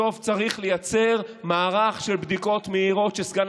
בסוף צריך לייצר מערך של בדיקות מהירות שסגן